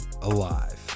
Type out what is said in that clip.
alive